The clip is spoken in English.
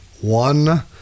one